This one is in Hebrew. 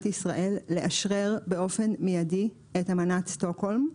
ישראל לאשרר באופן מיידי את אמנת שטוקהולם.